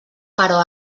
però